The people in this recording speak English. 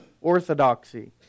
orthodoxy